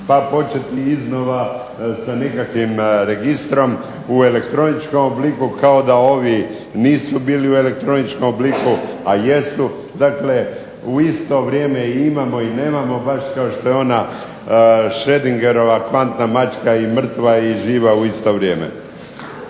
pa početi iznova sa nekakvim registrom u elektroničkom obliku kao da ovi nisu bili u elektroničkom obliku, a jesu. Dakle, u isto vrijeme i imamo i nemamo baš kao što je ona Schrödingerova kvantna mačka i mrtva i živa u isto vrijeme.